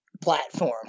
platform